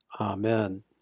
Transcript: Amen